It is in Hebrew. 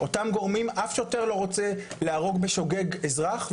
אף שוטר לא רוצה להרוג בשוגג אזרח,